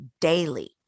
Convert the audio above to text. daily